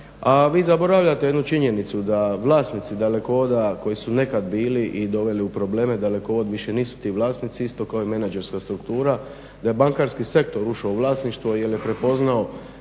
a vi zaboravljate jednu činjenicu da vlasnici Dalekovoda koji su nekad bili i doveli u probleme Dalekovod više nisu ti vlasnici, isto kao i menadžerska struktura, da je bankarski sektor ušao u vlasništvo jer je prepoznao